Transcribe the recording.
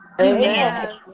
Amen